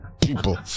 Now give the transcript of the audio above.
people